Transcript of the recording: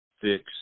fix